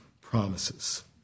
promises